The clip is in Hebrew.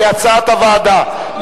כהצעת הוועדה.